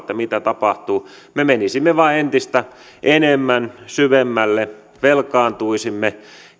katsoisi mitä tapahtuu me menisimme vain entistä enemmän syvemmälle velkaantuisimme